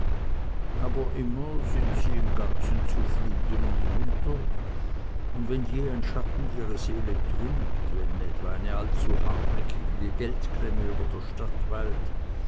aber immer sind sie im ganzen zufrieden und munter und wenn je ein schatten ihre seele trübt wenn etwa eine allzu hartnäckige geldklemme über der stadt